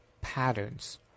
patterns